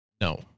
no